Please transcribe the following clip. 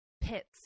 pits